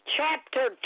chapter